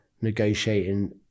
negotiating